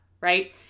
right